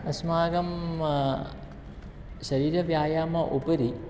अस्माकं शरीरव्यायामोपरि